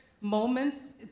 moments